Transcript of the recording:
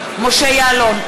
יעלון,